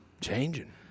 changing